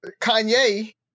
Kanye